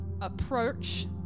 approach